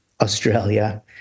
Australia